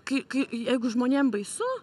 kai kai jeigu žmonėm baisu